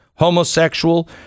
Homosexual